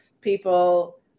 people